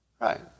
Right